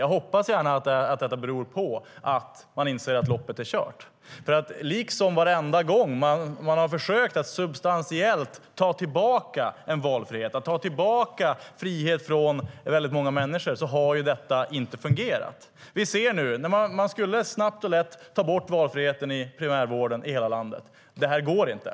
Jag hoppas gärna att det beror på att man inser att loppet är kört. Varenda gång som man har försökt att substantiellt ta tillbaka en valfrihet från många människor har ju detta inte fungerat. Man skulle snabbt och lätt ta bort valfriheten i primärvården i hela landet, men det går inte.